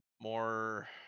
more